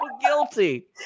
guilty